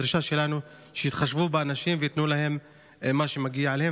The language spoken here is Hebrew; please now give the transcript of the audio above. הדרישה שלנו היא שיתחשבו באנשים וייתנו להם מה שמגיע להם,